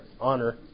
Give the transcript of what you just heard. honor